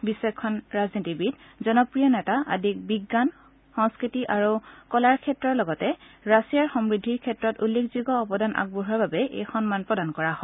বিচক্ষণ ৰাজনীতিবিদ জনপ্ৰিয় নেতা তথা বিজ্ঞান সংস্কৃতি আৰু কলাক্ষেত্ৰৰ লগতে ৰাছিয়াৰ সমূদ্ধিৰ ক্ষেত্ৰত উল্লেখযোগ্য অৱদান আগবঢ়োৱাৰ বাবে এই সন্মান প্ৰদান কৰা হয়